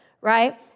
right